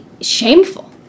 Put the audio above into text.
shameful